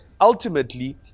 ultimately